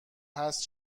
هست